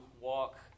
walk